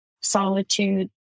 solitude